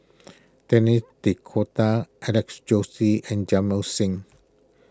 Denis D'Cotta Alex Josey and Jamit Singh